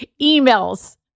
emails